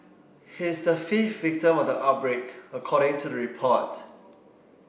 he's the fifth victim of the outbreak according to report